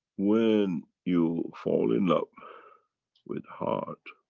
when you fall in love with heart,